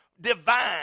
divine